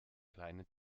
kleine